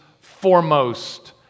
foremost